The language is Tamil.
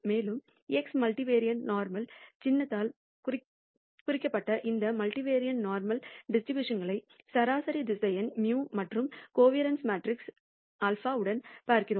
மேலும் x மல்டிவேரியேட் நோர்மல் சின்னத்தால் குறிக்கப்பட்ட இந்த மல்டிவெறியேட் நோர்மல் டிஸ்ட்ரிபியூஷன்களை சராசரி திசையன் μ மற்றும் கோவாரன்ஸ் மேட்ரிக்ஸ் σ உடன் பார்க்கிறோம்